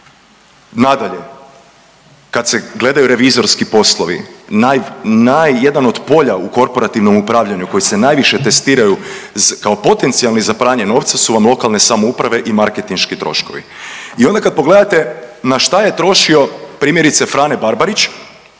Nadalje, kad se gledaju revizorski poslovi jedan od polja u korporativnom upravljanju koji se najviše testiraju kao potencijalni za pranje novca su vam lokalne samouprave i marketinški troškovi. I onda kad pogledate na što je trošio primjerice Frane Barbarić,